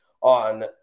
on